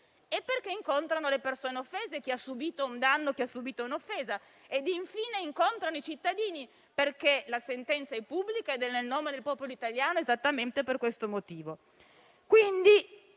Lo incontrano le persone offese, chi ha subito un danno o un offesa, e infine i cittadini, perché la sentenza è pubblica ed è nel nome del popolo italiano esattamente per questo motivo.